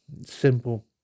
Simple